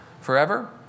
forever